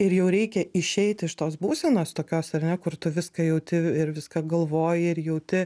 ir jau reikia išeiti iš tos būsenos tokios ar ne kur tu viską jauti ir viską galvoji ir jauti